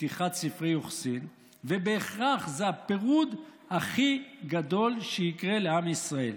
לפתיחת ספרי יוחסין ובהכרח זה הפירוד הכי גדול שיקרה לעם ישראל.